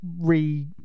re